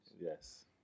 yes